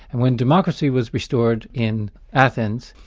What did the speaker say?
and when democracy was restored in athens,